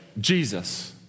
Jesus